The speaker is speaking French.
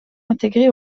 intégrés